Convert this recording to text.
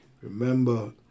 remember